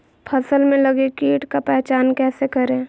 फ़सल में लगे किट का पहचान कैसे करे?